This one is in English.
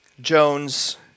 Jones